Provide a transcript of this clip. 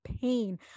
pain